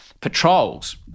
patrols